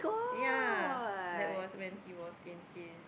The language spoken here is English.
ya that was when he was in his